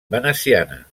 veneciana